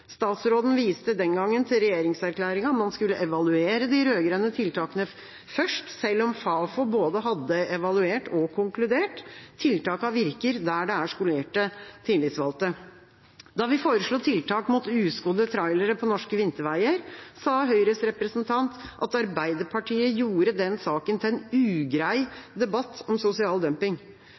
Statsråden viste den gangen til regjeringserklæringen, man skulle evaluere de rød-grønne tiltakene først, selv om Fafo hadde både evaluert og konkludert. Tiltakene virker der det er skolerte tillitsvalgte. Da vi foreslo tiltak mot uskodde trailere på norske vinterveier, sa Høyres representant at Arbeiderpartiet gjorde den saken til en ugrei debatt om sosial dumping.